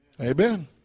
Amen